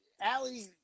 Allie